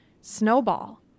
snowball